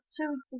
two